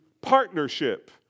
partnership